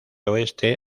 oeste